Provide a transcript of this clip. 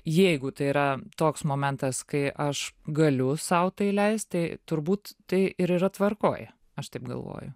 jeigu tai yra toks momentas kai aš galiu sau tai leist tai turbūt tai ir yra tvarkoj aš taip galvoju